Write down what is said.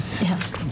Yes